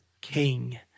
king